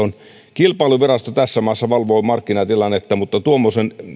kilpailuvirasto tässä maassa valvoo markkinatilannetta mutta tuommoisen